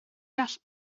gall